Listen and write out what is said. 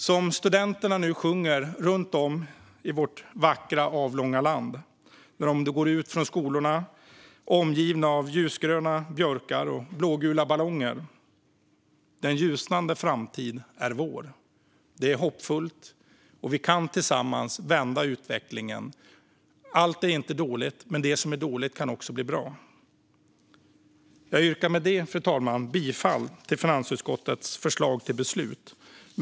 Som studenterna nu sjunger runt om i vårt vackra, avlånga land när de går ut från skolorna omgivna av ljusgröna björkar och blågula ballonger: Den ljusnande framtid är vår. Det är hoppfullt, och vi kan tillsammans vända utvecklingen. Allt är inte dåligt, och det som är dåligt kan också bli bra. Fru talman! Jag yrkar bifall till finansutskottets förslag till beslut.